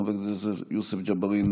חבר הכנסת יוסף ג'בארין,